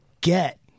get